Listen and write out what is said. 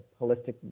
holistic